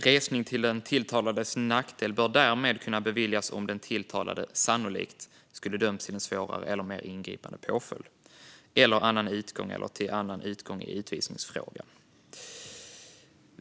Resning till den tilltalades nackdel bör därmed kunna beviljas om den tilltalade sannolikt skulle ha dömts till en svårare eller mer ingripande påföljd, till en annan utgång eller till en annan utgång i utvisningsfrågan.